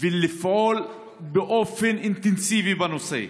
ולפעול באופן אינטנסיבי בנושא.